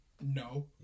No